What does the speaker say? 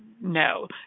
No